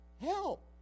Help